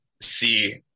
see